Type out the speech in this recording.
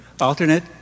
alternate